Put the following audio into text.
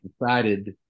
decided